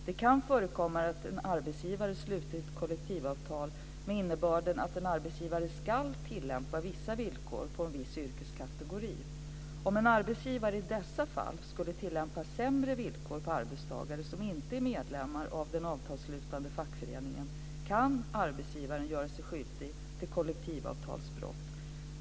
Det kan förekomma att en arbetsgivare slutit kollektivavtal med den innebörden att arbetsgivaren skall tillämpa vissa villkor på en viss yrkeskategori. Om en arbetsgivare i dessa fall skulle tillämpa sämre villkor på arbetstagare som inte är medlemmar av den avtalsslutande fackföreningen kan arbetsgivaren göra sig skyldig till kollektivavtalsbrott.